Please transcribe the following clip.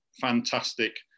fantastic